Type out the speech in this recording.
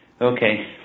okay